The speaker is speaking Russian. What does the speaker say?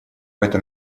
этом